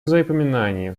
взаимопонимание